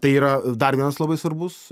tai yra dar vienas labai svarbus